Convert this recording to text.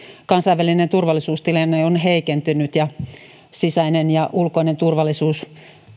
kansainvälinen turvallisuustilanne on heikentynyt ja sisäisen ja ulkoisen turvallisuuden